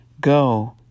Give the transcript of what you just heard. go